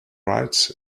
rights